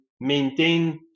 maintain